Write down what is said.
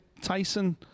Tyson